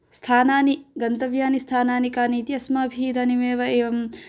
स्थानानि गन्तव्यानि स्थानानि कानि इति अस्माभिः इदानीमेव एवम्